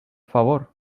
favor